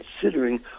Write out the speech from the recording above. considering